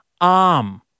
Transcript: arm